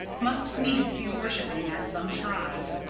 must needs be worshipping at some shrine.